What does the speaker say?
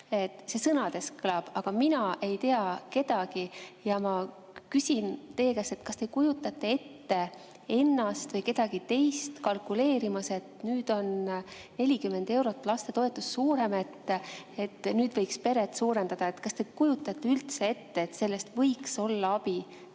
See sõnades kõlab, aga mina ei tea kedagi ja ma küsin teie käest, kas te kujutate ette ennast või kedagi teist kalkuleerimas, et nüüd on 40 eurot lastetoetus suurem, nüüd võiks peret suurendada. Kas te kujutate üldse ette, et sellest võiks olla abi, peale